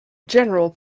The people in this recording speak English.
general